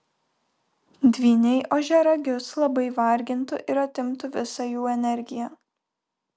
dvyniai ožiaragius labai vargintų ir atimtų visą jų energiją